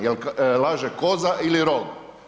Jel laže koza ili rog?